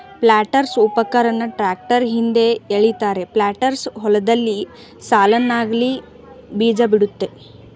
ಪ್ಲಾಂಟರ್ಸ್ಉಪಕರಣನ tractor ಹಿಂದೆ ಎಳಿತಾರೆ planters ಹೊಲ್ದಲ್ಲಿ ಸಾಲ್ನಲ್ಲಿ ಬೀಜಬಿತ್ತುತ್ತೆ